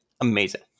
amazing